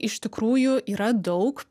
iš tikrųjų yra daug